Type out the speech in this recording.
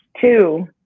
Two